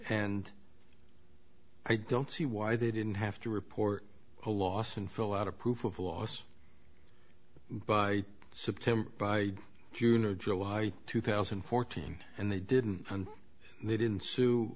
and i don't see why they didn't have to report a loss and fill out a proof of loss by september by june or july two thousand and fourteen and they didn't and they didn't sue